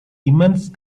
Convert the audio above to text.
immense